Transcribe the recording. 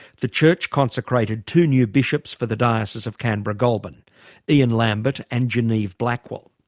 the church consecrated two new bishops for the diocese of canberra-goulburn. ian lambert and genieve blackwell.